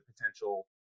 potential